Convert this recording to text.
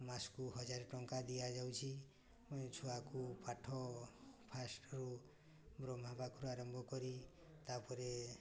ମାସକୁ ହଜାର ଟଙ୍କା ଦିଆଯାଉଛି ଛୁଆକୁ ପାଠ ଫାଷ୍ଟରୁ ବ୍ରହ୍ମା ପାଖରୁ ଆରମ୍ଭ କରି ତା'ପରେ